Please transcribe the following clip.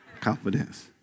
confidence